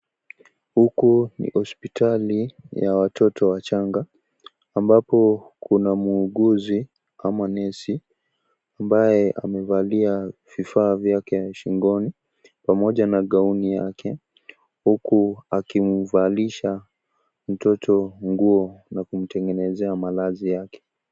Huku ni hospitali ya watoto wachanga ambapo kuan muuguzi ama nesi ambaye amevalia vifaa vyake shingoni pamoja an gauni yake huku akimvalisha mtoto nguo na kumtengenezea malazi yake.